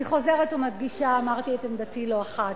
אני חוזרת ומדגישה, אמרתי את עמדתי לא אחת,